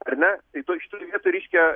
ar ne tai toj šitoj vietoj reiškia